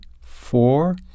four